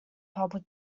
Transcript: public